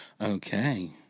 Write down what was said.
Okay